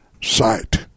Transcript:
sight